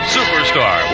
Superstar